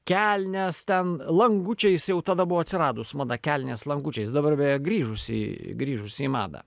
kelnes ten langučiais jau tada buvo atsiradus mano kelnes langučiais dabar grįžusi grįžusi į madą